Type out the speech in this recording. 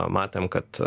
matėm kad